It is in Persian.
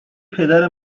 پدر